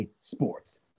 Sports